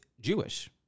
jewish